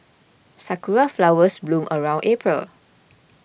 sakura flowers bloom around April